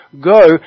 go